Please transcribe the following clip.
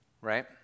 right